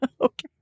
Okay